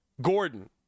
Gordon